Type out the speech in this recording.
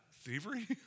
thievery